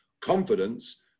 confidence